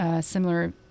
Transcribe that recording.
similar